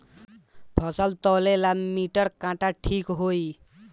फसल तौले ला मिटर काटा ठिक होही?